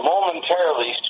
momentarily